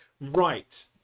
right